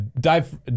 Dive